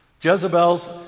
Jezebels